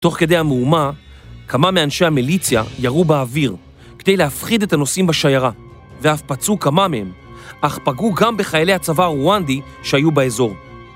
תוך כדי המהומה, כמה מאנשי המיליציה ירו באוויר כדי להפחיד את הנוסעים בשיירה ואף פצעו כמה מהם, אך פגעו גם בחיילי הצבא הרוואנדי שהיו באזור